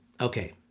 Okay